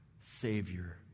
Savior